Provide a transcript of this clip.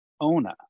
Ona